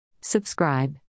Subscribe